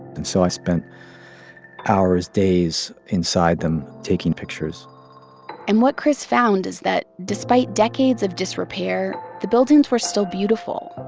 and so i spent hours, days inside them taking pictures and what chris found is that, despite decades of disrepair, the buildings were still beautiful.